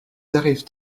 arrivent